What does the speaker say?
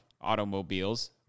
automobiles